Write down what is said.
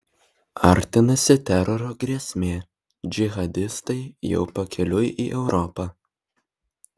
artinasi teroro grėsmė džihadistai jau pakeliui į europą